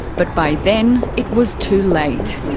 but by then it was too late.